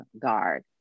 guard